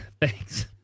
Thanks